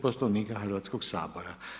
Poslovnika Hrvatskoga sabora.